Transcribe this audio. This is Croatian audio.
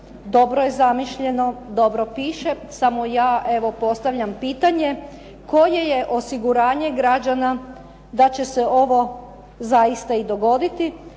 Dobro je zamišljeno, dobro piše, samo ja evo postavljam pitanje koje je osiguranje građana da će se ovo zaista i dogoditi,